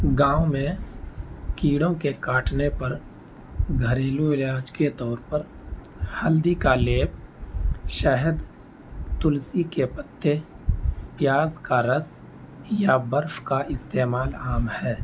گاؤں میں کیڑوں کے کاٹنے پر گھریلو علاج کے طور پر ہلدی کا لیپ شہد تلسی کے پتے پیاز کا رس یا برف کا استعمال عام ہے